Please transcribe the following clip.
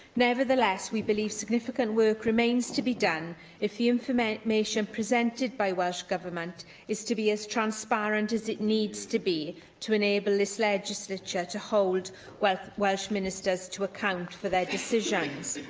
nevertheless, we believe significant work remains to be done if the information presented by welsh government is to be as transparent as it needs to be to enable this legislature to hold welsh welsh ministers to account for their decisions.